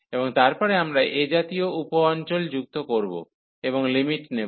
এবং তারপরে আমরা এ জাতীয় উপ অঞ্চল যুক্ত করব এবং লিমিট নেব